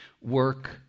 work